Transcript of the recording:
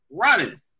running